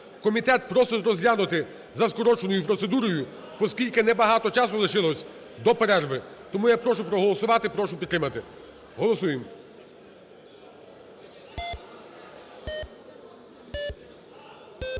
Комітет просить розглянути за скороченою процедурою, оскільки небагато часу лишилось до перерви. Тому я прошу проголосувати, прошу підтримати. Голосуємо.